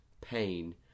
pain